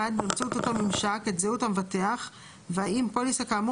(1) באמצעות אותו ממשק את זהות המבטח והאם פוליסה כאמור